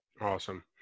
Awesome